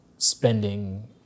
spending